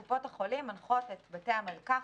קופות החולים מנחות את בתי המרקחת,